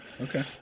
okay